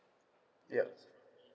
yup